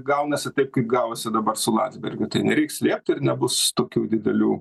gaunasi taip kaip gavosi dabar su landsbergiu tai nereik slėpt ir nebus tokių didelių